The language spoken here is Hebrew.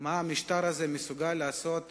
מה המשטר הזה מסוגל לעשות